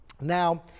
Now